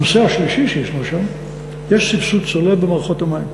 יש סבסוד צולב במערכות המים.